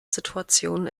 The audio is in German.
situationen